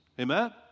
Amen